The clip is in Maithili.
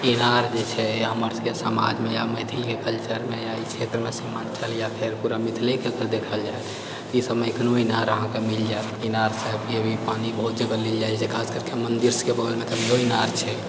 ईनार जे छै हमर सबके समाजमे या मैथिलके कल्चरमे या एहि क्षेत्रमे सीमान्चल या फेर पूरा मिथिलेके अगर देखल जाए ई सबमे एखनो ईनार अहाँके मिल जाएत ईनारसँ अभी भी पानि बहुत जगह लेल जाइ छै खास करके मन्दिर सबके बगलमे तऽअभीओ ईनार छै